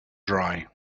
dry